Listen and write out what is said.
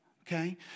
Okay